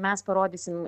mes parodysim